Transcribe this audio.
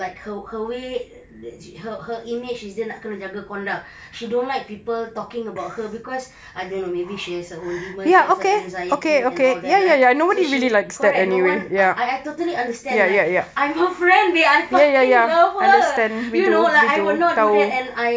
like like her way her her image is dia nak kena jaga conduct she don't like people talking about her cause I don't know maybe she has her own demons or anxiety and all that right so she correct no one ah ah I totally understand like I'm her friend babe I fucking love her you know like I will not do that and I